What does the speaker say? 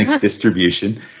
distribution